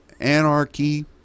anarchy